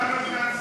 למה סגן שר?